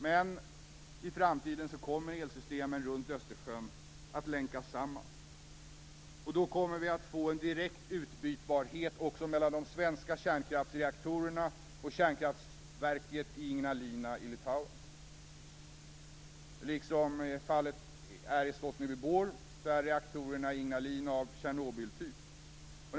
Men i framtiden kommer elsystemen runt Östersjön att länkas samman. Då kommer vi att få en direkt utbytbarhet också mellan de svenska kärnkraftsreaktorerna och kärnkraftverket Ignalina i Litauen. Liksom i Sosnovyj Bor är reaktorerna i Ignalina av Tjernobyltyp.